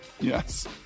Yes